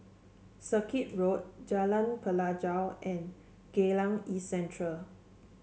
Circuit Road Jalan Pelajau and Geylang East Central